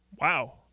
Wow